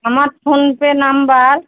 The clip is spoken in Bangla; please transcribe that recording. আমার ফোনপে নম্বর